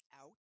out